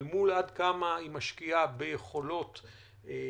אל מול השאלה עד כמה היא משקיעה ביכולות קטלניות,